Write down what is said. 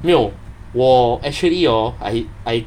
没有我 actually hor I I